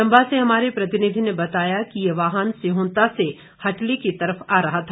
चंबा से हमारे प्रतिनिधि ने बताया कि ये वाहन सिहंता से हटली की तरफ आ रहा था